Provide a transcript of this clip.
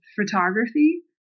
photography